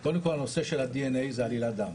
קודם כל הנושא של הדנ"א זו עלילת דם,